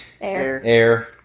Air